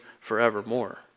forevermore